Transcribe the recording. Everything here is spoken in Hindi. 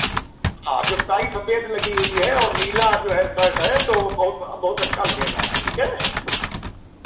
हाँ जब टाई सफ़ेद लगी हुई है और नीला जो है शर्ट है तो बहु बहुत अच्छा लगेगा ठीक है